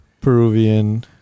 Peruvian